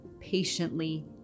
patiently